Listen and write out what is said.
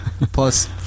plus